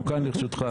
אנחנו כאן לרשותך.